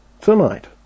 tonight